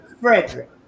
Frederick